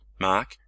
Mark